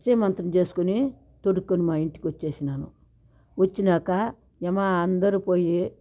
సీమంతం చేసుకొని తొడుక్కుని మా ఇంటికి వచ్చేసినాను వచ్చినాకా మేమ అందరూ పోయి